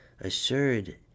assured